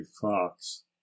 fox